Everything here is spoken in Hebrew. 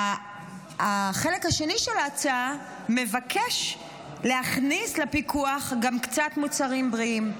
החלק השני של ההצעה מבקש להכניס לפיקוח גם קצת מוצרים בריאים.